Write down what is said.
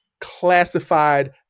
classified